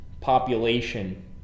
population